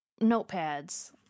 notepads